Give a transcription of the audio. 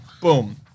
Boom